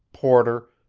porter,